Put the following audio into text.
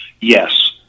Yes